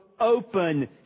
open